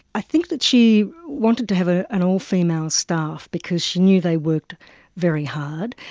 i think that she wanted to have ah an all-female staff because she knew they worked very hard.